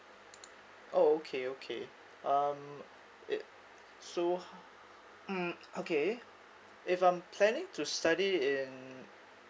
oh okay okay um it so how mm okay if I'm planning to study in